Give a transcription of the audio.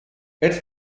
это